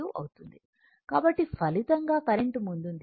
కాబట్టి ఫలితంగా కరెంట్ ముందుంది